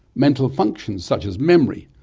mental functions such as memory,